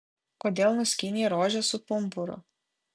kodėl nuskynei rožę su pumpuru